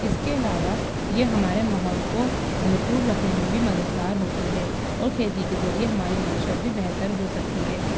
اس کے علاوہ یہ ہمارے ماحول کو بھرپور رکھنے میں بھی مدد گار ہوتی ہے اور کھیتی کے ذریعے ہماری معیشت بھی بہتر ہو سکتی ہے